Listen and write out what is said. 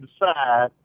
decide